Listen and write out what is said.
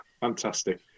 Fantastic